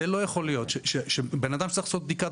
לא יכול להיות שבן-אדם שצריך לעשות בדיקת